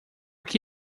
que